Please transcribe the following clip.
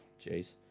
jeez